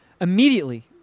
immediately